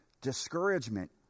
Discouragement